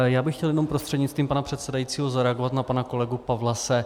Já bych chtěl jenom prostřednictvím pana předsedajícího zareagovat na pana kolegu Pawlase.